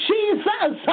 Jesus